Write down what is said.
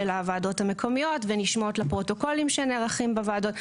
הוועדות המקומיות ונשמעות לפרוטוקולים שנערכים בוועדות,